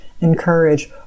encourage